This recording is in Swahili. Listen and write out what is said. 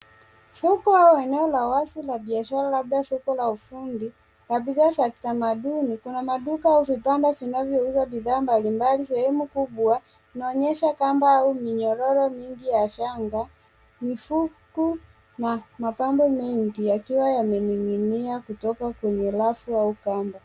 Soko au eneo la wazi la biashara, labda soko la ufundi na bidhaa za kitamaduni. Kuna maduka au vibanda vinazouza bidhaa mbalimbali. Sehemu kubwa inaonyesha kama au minyororo mingi ya shanga, mikufu na mapambo mengi yakiwa yamening'inia kutoka kwenye rafu au kamba.